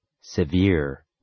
Severe